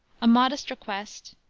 a modest request,